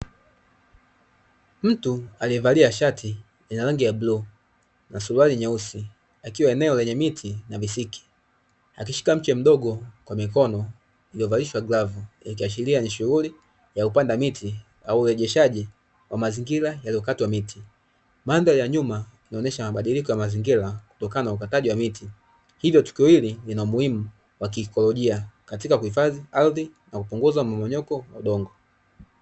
Mtu aliyevalia shati lenye rangi ya bluu na suruali nyeusi akiwa eneo lenye miti na visiki akishika mche mdogo kwa mikono iliyovalishwa glavu ikihashiria ni shuhuri ya kupanda miti au urejeshaji wa mazingira yaliyokatwa mitiz, manzari ya nyuma inaonyeshs mabadiliko ya mazingira kutokana na ukataji wa miti hivyo tukio hili lina umuhimu wa ki "ekolojia" katika kuifadhi ardhi na kuzuia mmomonyoko wa udongo.